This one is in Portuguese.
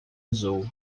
azul